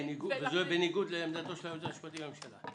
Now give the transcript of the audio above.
וזה בניגוד לעמדת היועץ המשפטי לממשלה.